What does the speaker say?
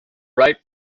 right